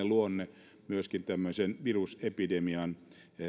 luonne tämmöisen virusepidemian